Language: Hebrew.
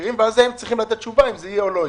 - ואז הם צריכים לתת תשובה אם יהיה או לא.